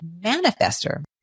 manifester